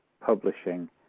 publishing